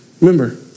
Remember